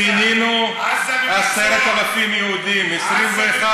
פינינו 10,000 יהודים, עזה בבית סוהר.